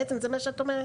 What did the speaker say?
זה מה שאת אומרת.